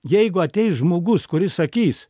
jeigu ateis žmogus kuris sakys